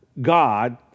god